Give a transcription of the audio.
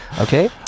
Okay